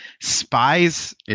spies